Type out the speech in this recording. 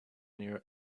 near